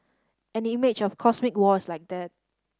an image of cosmic war is like that